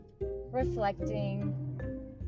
reflecting